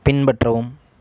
பின்பற்றவும்